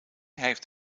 heeft